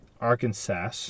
Arkansas